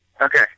Okay